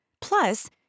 Plus